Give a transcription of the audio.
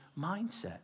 mindset